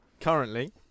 currently